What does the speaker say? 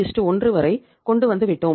51 வரை கொண்டுவந்துவிட்டோம்